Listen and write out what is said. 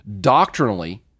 doctrinally